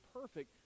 perfect